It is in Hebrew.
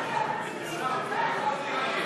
הצעת חוק פמיניסטית, נו בחייאת.